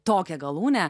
tokią galūnę